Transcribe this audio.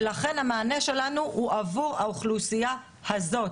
ולכן המענה שלנו הוא עבור האוכלוסייה הזאת,